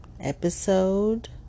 episode